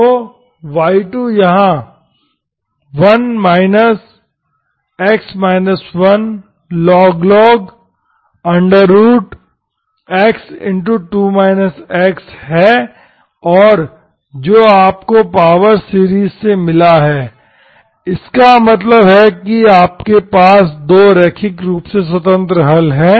तो y2 यहां 1 x 1log x2 x है और जो आपको पावर सीरीज़ से मिला है इसका मतलब है कि आपके पास दो रैखिक रूप से स्वतंत्र हल हैं